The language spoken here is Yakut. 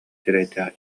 сирэйдээх